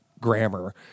grammar